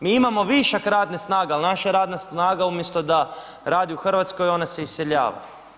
Mi imamo višak radne snage ali naša radna snaga umjesto da radi u Hrvatskoj ona se iseljava.